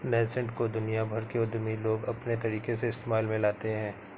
nascent को दुनिया भर के उद्यमी लोग अपने तरीके से इस्तेमाल में लाते हैं